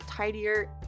tidier